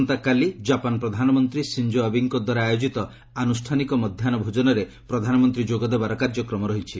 ଆସନ୍ତାକାଲି ଜାପାନ୍ ପ୍ରଧାନମନ୍ତ୍ରୀ ସିଞ୍ଜୋ ଆବେଙ୍କ ଦ୍ୱାରା ଆୟୋଜିତ ଆନୁଷ୍ଠାନିକ ମଧ୍ୟାହ୍ନ ଭୋଜନରେ ପ୍ରଧାନମନ୍ତ୍ରୀ ଯୋଗ ଦେବାର କାର୍ଯ୍ୟକ୍ରମ ରହିଛି